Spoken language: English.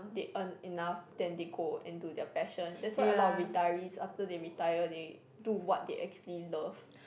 they earn enough then they go into their passion that's why a lot of retirees after they retire they do what they actually love